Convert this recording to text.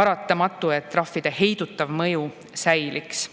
paratamatu, et trahvide heidutav mõju säiliks.